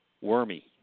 wormy